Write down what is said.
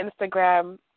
Instagram